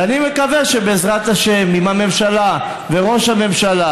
ואני מקווה שבעזרת השם הממשלה וראש הממשלה